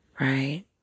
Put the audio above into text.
right